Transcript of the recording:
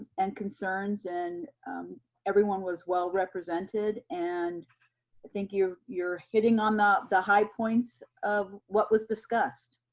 and concerns and everyone was well represented and i think you're you're hitting on ah the high points of what was discussed.